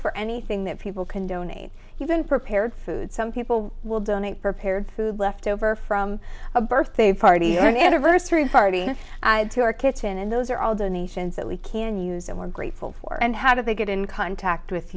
for anything that people can donate even prepared food some people will donate prepared food left over from a birthday party or an anniversary party and to our kitten and those are all donations that we can use and we're grateful for and how do they get in contact with